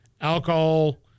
alcohol